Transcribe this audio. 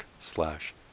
slash